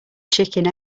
chicken